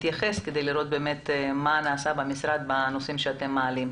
להתייחס כדי לראות מה נעשה במשרד בנושאים שאתם מעלים.